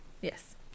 Yes